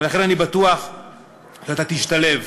ולכן אני בטוח שאתה תשתלב.